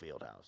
Fieldhouse